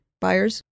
buyers